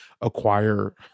acquire